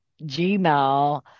Gmail